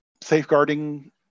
safeguarding